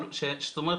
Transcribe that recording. זאת אומרת,